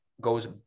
goes